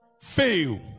fail